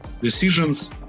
decisions